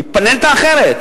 הם מפלנטה אחרת.